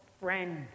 friend